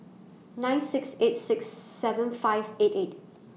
nine six eight six seven five eight eight